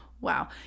Wow